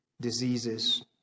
diseases